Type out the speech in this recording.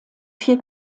vier